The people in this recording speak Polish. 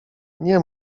nie